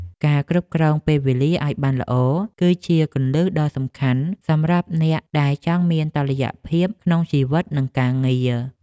ការគ្រប់គ្រងពេលវេលាឱ្យបានល្អ គឺជាគន្លឹះដ៏សំខាន់សម្រាប់អ្នកដែលចង់មានតុល្យភាពក្នុងជីវិតនិងការងារ។